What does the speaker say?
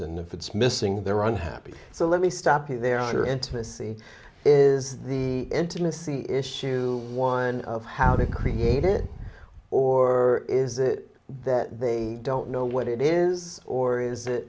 and if it's missing there are unhappy so let me stop you there are intimacy is the intimacy issue one of how to create it or is it that they don't know what it is or is it